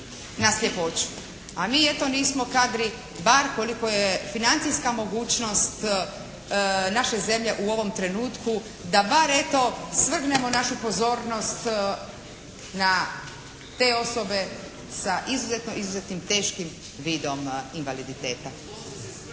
a mi eto nismo kadri bar kolika je financijska mogućnost naše zemlje u ovom trenutku da bar eto svrgnemo našu pozornost na te osobe sa izuzetno, izuzetno teškim vidom invaliditeta.